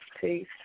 Peace